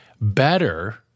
Better